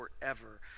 forever